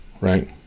right